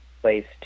place